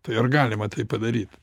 tai ar galima tai padaryt